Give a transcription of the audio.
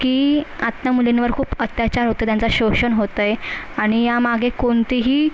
की आता मुलींवर खूप अत्याचार होतो त्यांचं शोषण होतं आहे आणि ह्यामागे कोणतेही